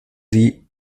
sie